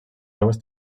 aigües